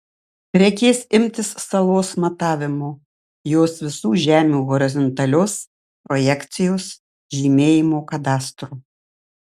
reikės imtis salos matavimo jos visų žemių horizontalios projekcijos žymėjimo kadastro